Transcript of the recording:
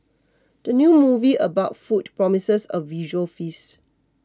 the new movie about food promises a visual feast